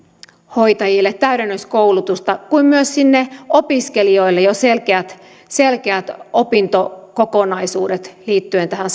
hoitajille täydennyskoulutusta kuten myös sinne opiskelijoille jo selkeät selkeät opintokokonaisuudet liittyen tähän